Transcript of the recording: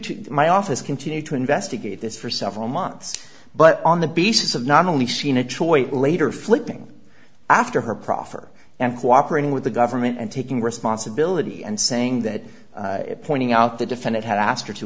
to my office continue to investigate this for several months but on the basis of not only seen a choice later flipping after her proffer and cooperating with the government and taking responsibility and saying that pointing out the defendant had asked her to